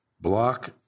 block